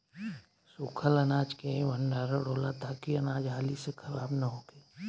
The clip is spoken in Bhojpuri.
सूखल अनाज के ही भण्डारण होला ताकि अनाज हाली से खराब न होखे